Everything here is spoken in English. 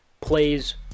plays